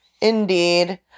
Indeed